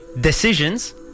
Decisions